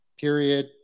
period